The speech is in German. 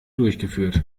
durchgeführt